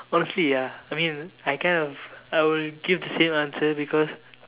honestly ya I mean I kind of I will give the same answer because